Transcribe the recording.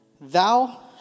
Thou